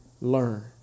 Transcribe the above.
Learn